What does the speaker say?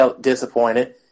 disappointed